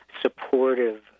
supportive